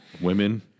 women